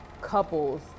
couples